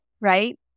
right